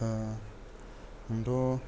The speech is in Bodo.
आंथ'